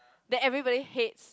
that everybody hates